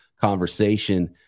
conversation